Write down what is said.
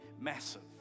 massive